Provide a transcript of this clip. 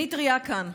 אני טרייה כאן,